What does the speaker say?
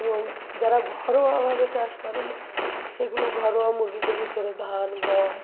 এবং যারা ঘরোয়াভাবে চাষ করে মো সেইগুলো ঘরোয়া মুরগিদের ভিতরে ধান গম